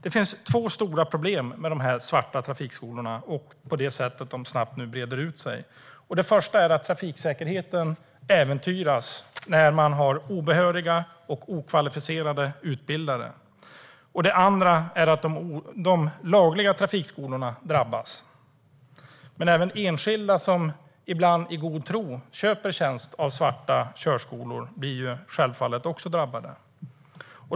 Det finns två stora problem med de svarta trafikskolorna och hur de snabbt breder ut sig. Det första är att trafiksäkerheten äventyras när man har obehöriga och okvalificerade utbildare, och det andra är att de lagliga trafikskolorna drabbas. Men självfallet blir även enskilda som, ibland i god tro, köper tjänster av svarta körskolor drabbade.